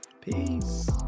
peace